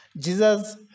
Jesus